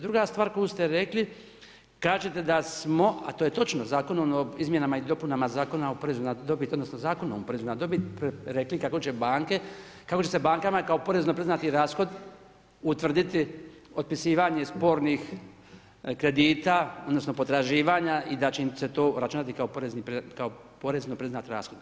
Druga stvar koji ste rekli, kažete da smo, a to je točno zakonom o izmjenama i dopunama Zakona o porezu na dobiti odnosno Zakonom o porezu na dobit rekli kako će se bankama kao porezno priznati rashod utvrditi otpisivanje spornih kredita odnosno potraživanja i da će im se to obračunati kao porezno priznat rashod.